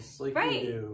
right